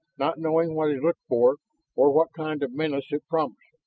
not knowing what he looked for or what kind of menace it promised,